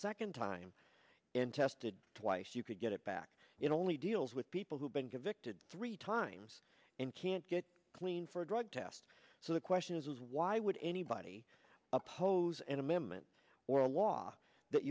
second time and tested twice you could get it back it only deals with people who've been convicted three times and can't get clean for a drug test so the question is why would anybody oppose an amendment or a law that